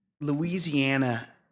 Louisiana